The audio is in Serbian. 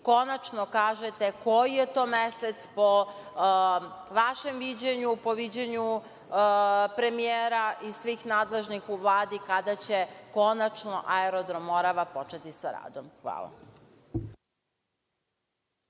konačno kažete koji je to mesec, po vašem mišljenju, po viđenju premijera i svih nadležnih u Vladi, kada će konačno aerodrom „Morava“ početi sa radom. Hvala